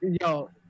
Yo